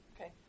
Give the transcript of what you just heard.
Okay